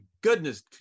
goodness